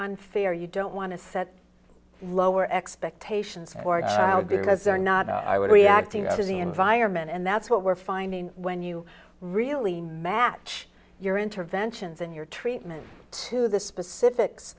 unfair you don't want to set lower expectations for a child because they're not i would reacting to z environment and that's what we're finding when you really match your interventions in your treatment to the specifics